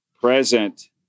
Present